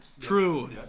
True